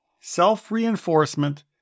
Self-reinforcement